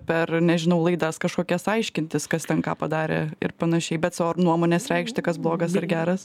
per nežinau laidas kažkokias aiškintis kas ten ką padarė ir panašiai bet savo nuomonės reikšti kas kas blogas ar geras